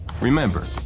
Remember